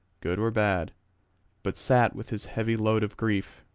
good or bad but sat with his heavy load of grief,